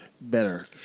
better